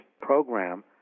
program